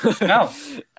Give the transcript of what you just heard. no